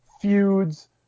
feuds